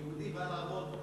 יהודי בא לעבוד,